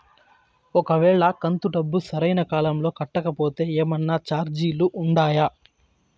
ఒక వేళ కంతు డబ్బు సరైన కాలంలో కట్టకపోతే ఏమన్నా చార్జీలు ఉండాయా?